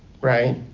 right